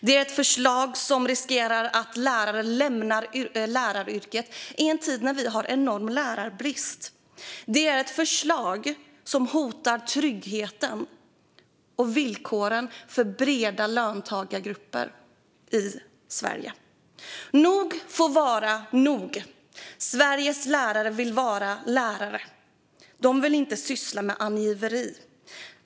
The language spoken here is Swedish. Det är ett förslag som innebär en risk för att lärare lämnar läraryrket i en tid då vi har en enorm lärarbrist. Det är ett förslag som hotar tryggheten och villkoren för breda löntagargrupper i Sverige. Nog får vara nog! Sveriges lärare vill vara lärare. De vill inte syssla med angiveri.